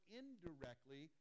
indirectly